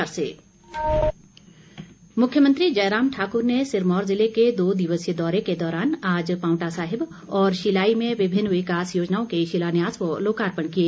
CM मुख्यमंत्री जयराम ठाकुर ने सिरमौर जिले के दो दिवसीय दौरे के दौरान आज पांवटा साहिब और शिलाई में विभिन्न विकास योजनाओं के शिलान्यास व लोकार्पण किए